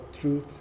truth